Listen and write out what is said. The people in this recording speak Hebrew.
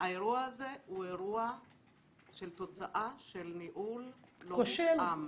האירוע הזה הוא אירוע של תוצאה של ניהול לא מותאם.